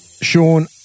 Sean